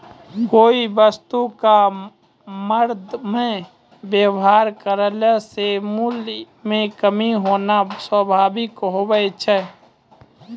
कोय वस्तु क मरदमे वेवहार करला से मूल्य म कमी होना स्वाभाविक हुवै छै